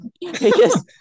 Yes